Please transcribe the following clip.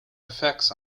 effects